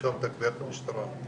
אפשר לתגבר את המשטרה,